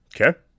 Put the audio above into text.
Okay